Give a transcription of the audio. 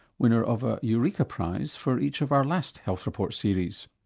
winner of a eureka prize for each of our last health report series.